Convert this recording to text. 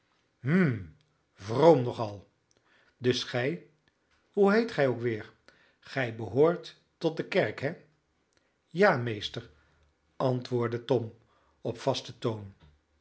vroom nog al dus gij hoe heet gij ook weer gij behoort tot de kerk he ja meester antwoordde tom op vasten toon